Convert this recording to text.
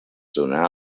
donà